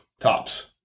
tops